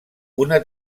una